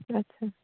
ᱟᱪᱪᱷᱟ